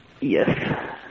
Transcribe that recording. Yes